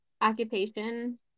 occupation